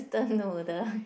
don't know the